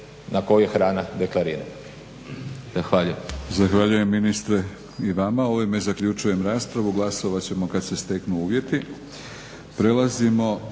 na koju je hrana deklarirana.